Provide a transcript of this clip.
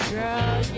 Girl